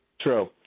True